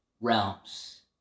realms